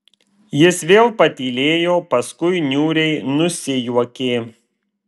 jis vėl patylėjo paskui niūriai nusijuokė